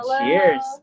cheers